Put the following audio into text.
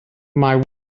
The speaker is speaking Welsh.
mae